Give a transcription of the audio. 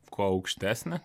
kuo aukštesnį